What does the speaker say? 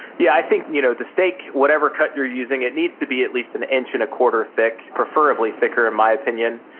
yeah, i think you know the steak, whatever cut you're using, it needs to be at least an inch and a quarter thick, preferably thicker in my opinion.